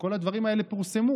וכל הדברים האלה פורסמו